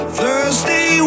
thursday